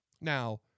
Now